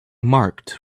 marked